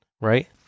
right